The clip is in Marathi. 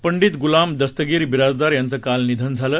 पंडित गुलाम दस्तगीर बिराजदार यांचं काल निधन झाले